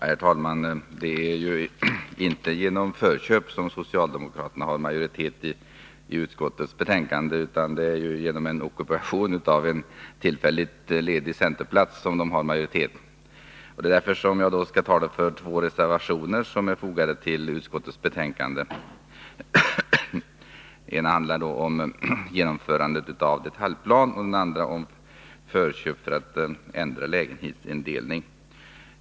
Herr talman! Det är inte genom förköp som socialdemokraterna har majoritet i utskottets betänkande utan genom en ockupation av en tillfälligt ledig centerplats i utskottet. Det är därför jag skall tala för två reservationer, som är fogade till utskottsbetänkandet. Den ena handlar om genomförande av detaljplan och den andra om förköp för ändrad lägenhetsindelning.